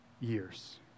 years